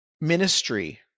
ministry